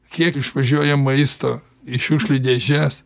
kiek išvažiuoja maisto į šiukšlių dėžes